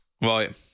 Right